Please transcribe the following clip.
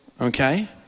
okay